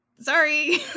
sorry